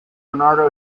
bernardo